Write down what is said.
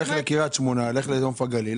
לך לקריית שמונה, נוף הגליל.